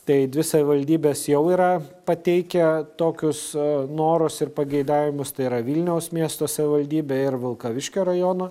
tai dvi savivaldybės jau yra pateikę tokius norus ir pageidavimus tai yra vilniaus miesto savivaldybė ir vilkaviškio rajono